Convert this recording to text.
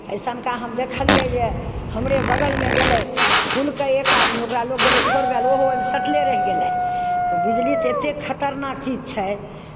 अइसनका हम देखलियै जे हमरे बगलमे गेलै छुलकै एक आदमी ओकरा लोक गेलै छोड़बय लए ओहो ओहिमे सटले रहि गेलै तऽ बिजली तऽ एतेक खतरनाक चीज छै